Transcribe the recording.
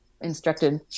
instructed